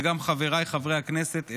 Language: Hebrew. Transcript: וגם חבריי חברי הכנסת,